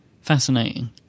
fascinating